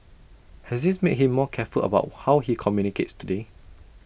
has this made him more careful about how he communicates today